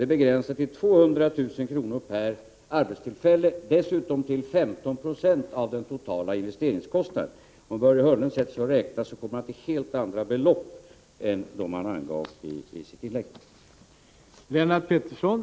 Det är begränsat till 200 000 kr. per arbetstillfälle och dessutom till 15 96 av den totala investeringskostnaden. Om Börje Hörnlund sätter sig och räknar kommer han till helt andra belopp än dem han angav i sitt inlägg.